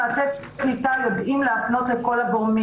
יועצי קליטה יודעים להפנות לכל הגורמים